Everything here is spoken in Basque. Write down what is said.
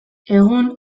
egun